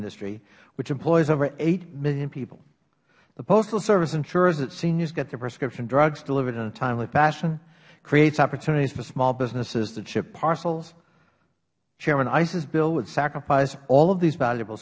industry which employs over eight million people the postal service ensures that seniors get their prescription drugs delivered in a timely fashion creates opportunities for small businesses that ship parcels chairman issas bill would sacrifice of these valuable